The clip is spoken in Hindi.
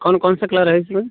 कौन कौनसा क्लर है इसमें